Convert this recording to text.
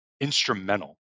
instrumental